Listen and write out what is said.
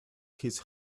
his